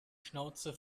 schnauze